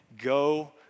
go